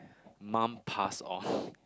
mum pass off